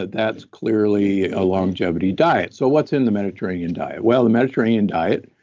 that's clearly a longevity diet. so what's in the mediterranean diet? well the mediterranean diet